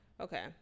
Okay